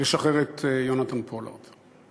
לשחרר את יונתן פולארד.